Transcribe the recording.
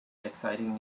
exciting